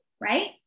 right